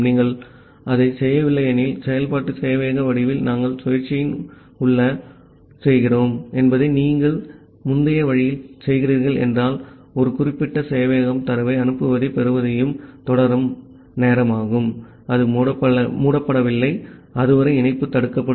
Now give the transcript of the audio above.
நீங்கள் அதைச் செய்யவில்லை எனில் செயல்பாட்டு சேவையக வடிவில் நாங்கள் சுழற்சியின் உள்ளே செய்கிறோம் என்பதை நீங்கள் முந்தைய வழியில் செய்கிறீர்கள் என்றால் ஒரு குறிப்பிட்ட சேவையகம் தரவை அனுப்புவதையும் பெறுவதையும் தொடரும் நேரம் அது மூடப்படவில்லை அதுவரை இணைப்பு தடுக்கப்படும்